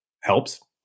helps